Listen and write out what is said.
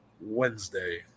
Wednesday